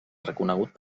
reconegut